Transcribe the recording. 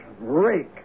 rake